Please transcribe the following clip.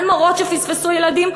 על מורות שפספסו ילדים,